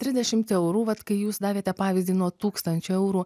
trisdešimt eurų vat kai jūs davėte pavyzdį nuo tūkstančio eurų